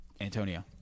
Antonio